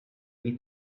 need